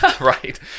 right